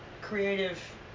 creative